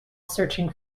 searching